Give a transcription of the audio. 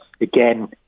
again